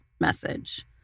message